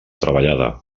treballada